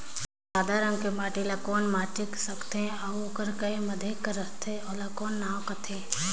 सादा रंग कर माटी ला कौन माटी सकथे अउ ओकर के माधे कर रथे ओला कौन का नाव काथे?